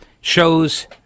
shows